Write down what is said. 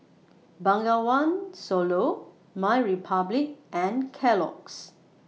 Bengawan Solo MyRepublic and Kellogg's